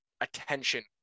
attention